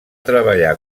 treballar